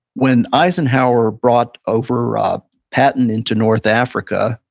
when eisenhower brought over ah patton into north africa,